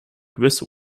gewisse